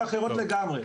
לגמרי.